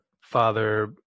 father